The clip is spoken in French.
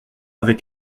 avec